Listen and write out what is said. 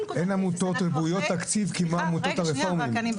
אין עמותות רוויות תקציב כמו העמותות הרפורמיות.